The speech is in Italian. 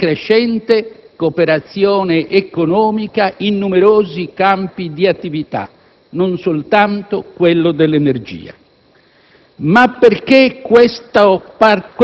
sia per la ragguardevole e crescente cooperazione economica in numerosi campi di attività, non soltanto quello dell'energia.